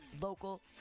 local